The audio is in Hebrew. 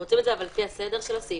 אתם עושים את זה לפי הסדר של הסעיפים?